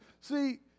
See